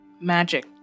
magic